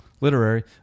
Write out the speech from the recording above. literary